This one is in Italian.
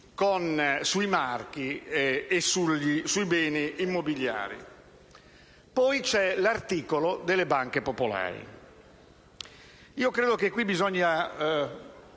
sui marchi e sui beni immobiliari. C'è poi l'articolo sulle banche popolari. Credo che qui bisogna